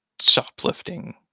shoplifting